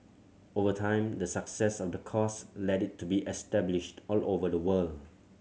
over time the success of the course led it to be established all over the world